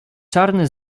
czarny